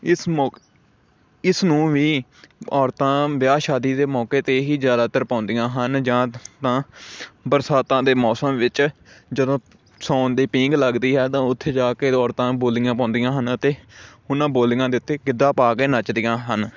ਇਸ ਮੌਕੇ ਇਸ ਨੂੰ ਵੀ ਔਰਤਾਂ ਵਿਆਹ ਸ਼ਾਦੀ ਦੇ ਮੌਕੇ 'ਤੇ ਹੀ ਜ਼ਿਆਦਾਤਰ ਪਾਉਂਦੀਆਂ ਹਨ ਜਾਂ ਤਾਂ ਬਰਸਾਤਾਂ ਦੇ ਮੌਸਮ ਵਿੱਚ ਜਦੋਂ ਸਾਉਣ ਦੀ ਪੀਂਘ ਲੱਗਦੀ ਹੈ ਤਾਂ ਉੱਥੇ ਜਾ ਕੇ ਔਰਤਾਂ ਬੋਲੀਆਂ ਪਾਉਂਦੀਆਂ ਹਨ ਅਤੇ ਉਨ੍ਹਾਂ ਬੋਲੀਆਂ ਦੇ ਉੱਤੇ ਗਿੱਧਾ ਪਾ ਕੇ ਨੱਚਦੀਆਂ ਹਨ